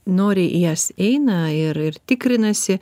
noriai į jas eina ir ir tikrinasi